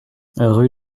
rue